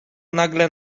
nagle